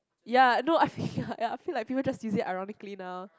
ya no I ya I feel like people just use it ironically now